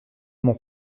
mon